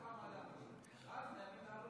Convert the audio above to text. חבר הכנסת אבו